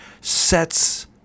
sets